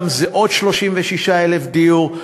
ושם זה עוד 36,000 יחידות דיור.